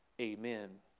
Amen